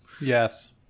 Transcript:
Yes